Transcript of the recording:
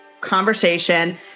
conversation